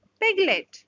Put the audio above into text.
piglet